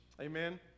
Amen